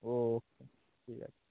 ও